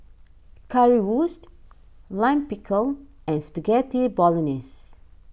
Currywurst Lime Pickle and Spaghetti Bolognese